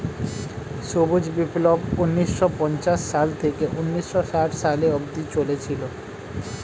সবুজ বিপ্লব ঊন্নিশো পঞ্চাশ সাল থেকে ঊন্নিশো ষাট সালে অব্দি চলেছিল